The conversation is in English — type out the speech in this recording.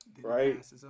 right